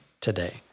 today